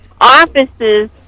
offices